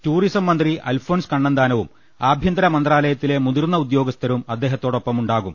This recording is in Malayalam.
ടൂറിസം മന്ത്രി അൽഫോൺസ് കണ്ണന്താനവും ആഭ്യന്തര മന്ത്രാലയത്തിലെ മുതിർന്ന ഉദ്യോഗസ്ഥരും അദ്ദേഹത്തോ ടൊപ്പമുണ്ടാകും